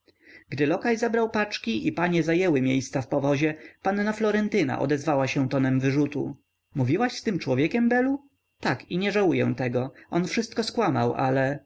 gdy lokaj zabrał paczki i panie zajęły miejsca w powozie panna florentyna odezwała się tonem wyrzutu mówiłaś z tym człowiekiem belu tak i nie żałuję tego on wszystko skłamał ale